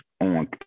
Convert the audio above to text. on